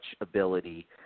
ability